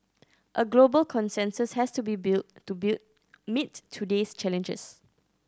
a global consensus has to be built to bulit meet today's challenges